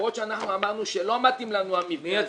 למרות שאמרנו שהמבנה הזה לא מתאים לנו.